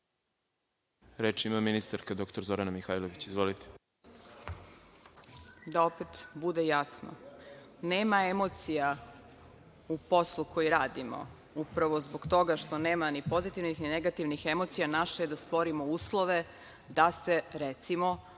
Reč ima ministarka dr Zorana Mihajlović. Izvolite. **Zorana Mihajlović** Da opet bude jasno, nema emocija u poslu koji radimo upravo zbog toga što nema ni pozitivnih ni negativnih emocija. Naše je da stvorimo uslove da se, recimo,